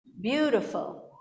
beautiful